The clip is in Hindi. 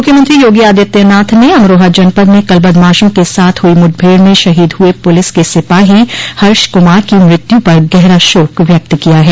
मुख्यमंत्री योगी आदित्यनाथ ने अमरोहा जनपद में कल बदमाशों के साथ हुई मुठभेड़ में शहीद हुए पुलिस के सिपाही हर्ष कुमार की मृत्यु पर गहरा शोक व्यक्त किया है